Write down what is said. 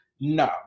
no